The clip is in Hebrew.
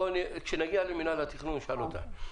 כשנגיע למינהל התכנון נשאל אותם.